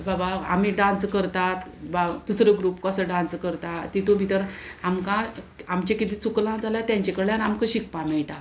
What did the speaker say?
बाबा आमी डांस ड्कोलमा़ रतात बाबा दुसरो ग्रूप कसो डांस करता तितू भितर आमकां आमचें कितें चुकलां जाल्यार तेंचे कडल्यान आमकां शिकपाक मेळटा